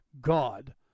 God